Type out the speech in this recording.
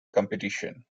competition